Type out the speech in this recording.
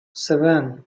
seven